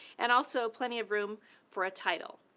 and also plenty of room for a title.